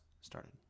started